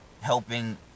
helping